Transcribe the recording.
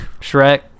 Shrek